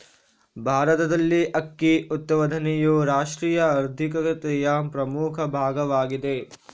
ಭಾರತದಲ್ಲಿ ಅಕ್ಕಿ ಉತ್ಪಾದನೆಯು ರಾಷ್ಟ್ರೀಯ ಆರ್ಥಿಕತೆಯ ಪ್ರಮುಖ ಭಾಗವಾಗಿದೆ